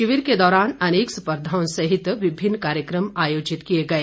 शिविर के दौरान अनेक स्पर्धाओं सहित विभिन्न कार्यक्रम आयोजित किए गए